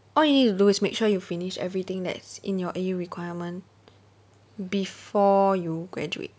all you need to do is make sure you finish everything that is in your A_U requirement before you graduate